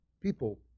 people